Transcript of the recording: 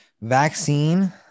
vaccine